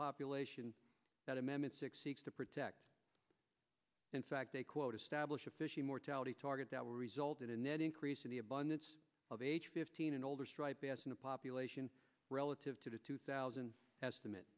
population that amendment six seeks to protect in fact they quote establish a fishing mortality target that will result in a net increase in the abundance of aged fifteen and older striped bass in a population relative to the two thousand estimate